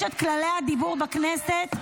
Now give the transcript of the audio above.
תצא --- יש את כללי הדיבור בכנסת,